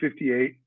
1958